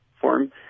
form